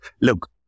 look